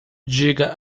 diga